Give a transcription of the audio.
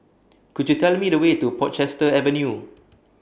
Could YOU Tell Me The Way to Portchester Avenue